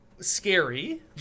scary